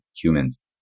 humans